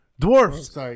dwarfs